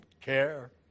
care